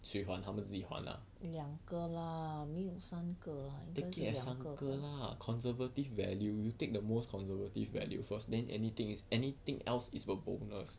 谁还他们自己还 ah take it as 三个 lah conservative value you take the most conservative value first then anything anything else is a bonus